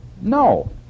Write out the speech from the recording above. No